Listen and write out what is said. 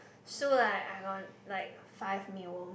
so like I own like five mealworm